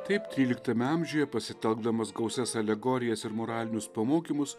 taip tryliktame amžiuje pasitelkdamas gausias alegorijas ir moralinius pamokymus